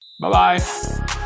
Bye-bye